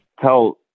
tell